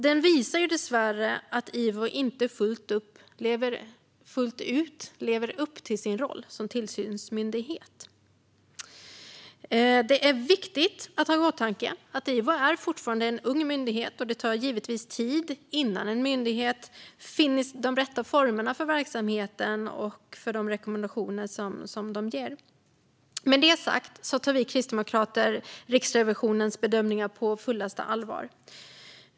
Den visar dessvärre att IVO inte fullt ut lever upp till sin roll som tillsynsmyndighet. Det är viktigt att ha i åtanke att IVO fortfarande är en ung myndighet, och det tar givetvis tid innan en myndighet finner de rätta formerna för verksamheten och de rekommendationer som ges. Med detta sagt tar vi kristdemokrater Riksrevisionens bedömningar på fullaste allvar.